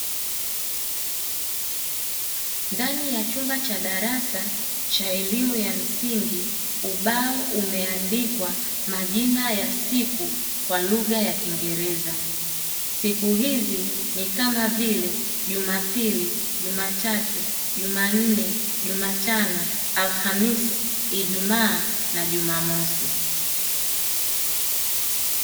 Ndani ya chumba cha darasa cha elimu ya msingi ubao umeandikwa majina ya siku kwa lugha ya kingereza. Siku hizi ni kama vile: jumapili, jumatatu, jumanne, jumatano, alhamisi, ijumaa na jumamosi.